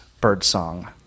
Birdsong